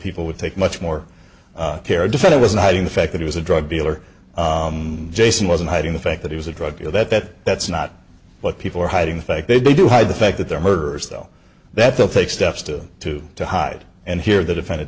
people would take much more care or defend it wasn't hiding the fact that he was a drug dealer jason wasn't hiding the fact that he was a drug dealer that that that's not what people are hiding the fact they do hide the fact that they're murderers though that they'll take steps to to to hide and here the defendant